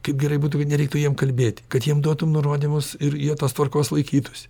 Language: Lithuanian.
kaip gerai būtų kad nereiktų jiem kalbėt kad jiem duotum nurodymus ir jie tos tvarkos laikytųsi